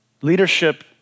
Leadership